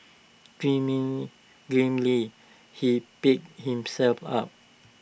grimly grimly he picked himself up